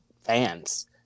fans